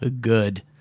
good